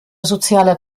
sozialer